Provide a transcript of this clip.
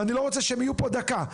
ואני לא רוצה שהם יהיו פה עוד דקה.